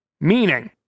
Meaning